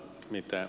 mitä